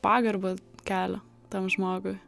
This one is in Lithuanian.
pagarbą kelia tam žmogui